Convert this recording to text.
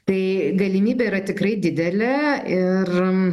tai galimybė yra tikrai didelė ir